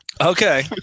Okay